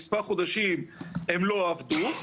מספר חודשים הם לא עבדו.